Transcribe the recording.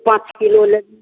पाँच किलो लेब